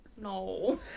No